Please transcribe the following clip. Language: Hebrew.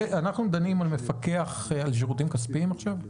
אנחנו דנים על מפקח ע שירותים כספיים עכשיו?